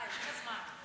מה, יש לך זמן.